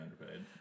underpaid